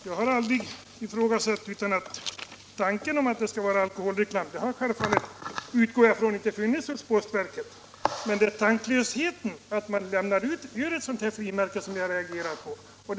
Herr talman! Jag har självfallet utgått från att det vid postverket inte funnits någon tanke på alkoholreklam. Det är tanklösheten att ge ut periodkort i kollektivtrafiken ett sådant frimärke som jag reagerar mot.